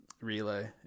relay